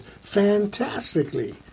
fantastically